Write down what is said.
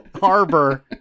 harbor